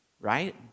right